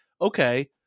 okay